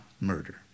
murder